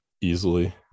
easily